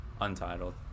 Untitled